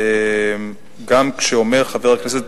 גם כשאומר חבר הכנסת,